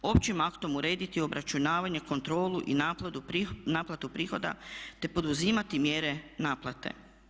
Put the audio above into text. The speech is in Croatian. Općim aktom urediti obračunavanje, kontrolu i naplatu prihoda te poduzimati mjere naplate.